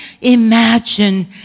imagine